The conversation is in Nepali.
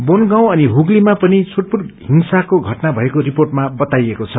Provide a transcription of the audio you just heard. बनगाउँ अनि हुग्लीमा पनि छूटपूट हिँसाका घटना भएको रिपोर्टमा बताइएको छ